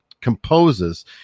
composes